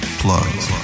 plugs